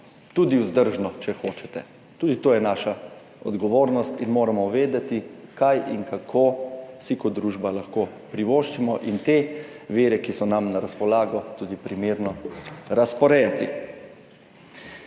tudi vzdržno, če hočete. Tudi to je naša odgovornost in moramo vedeti, kaj in kako si kot družba lahko privoščimo in te vire, ki so nam na razpolago, tudi primerno razporejati.